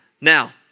Now